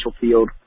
Field